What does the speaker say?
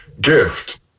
gift